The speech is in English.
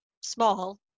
small